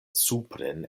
supren